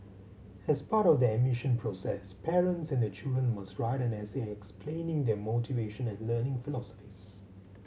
as part of the admission process parents and their children must write an essay explaining their motivation and learning philosophies